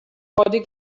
body